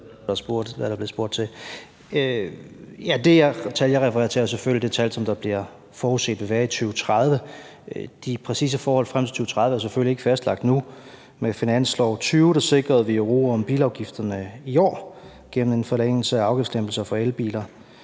Det tal, jeg refererer til, er selvfølgelig det tal, der bliver forudset at der vil være i 2030. De præcise forhold frem til 2030 er selvfølgelig ikke fastlagt nu. Med finansloven for 2020 sikrede vi ro om bilafgifterne i år gennem en forlængelse af afgiftslempelser for elbiler.